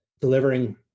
delivering